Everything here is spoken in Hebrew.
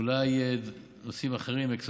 אולי נושאים אחרים, אקסוגניים,